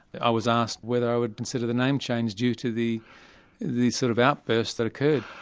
i was asked whether i would consider the name change, due to the the sort of outburst that occurred.